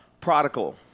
prodigal